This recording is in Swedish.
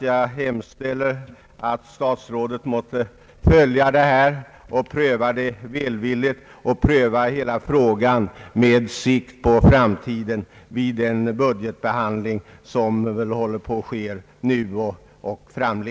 Jag hemställer att statsrådet måtte följa detta problem och välvilligt pröva hela frågan med sikte på framtiden vid den budgetbehandling som väl nu är i gång.